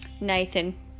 Nathan